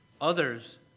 others